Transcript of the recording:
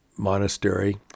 Monastery